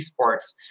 esports